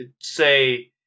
say